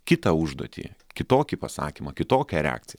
kitą užduotį kitokį pasakymą kitokią reakciją